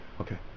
Okay